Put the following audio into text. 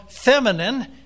feminine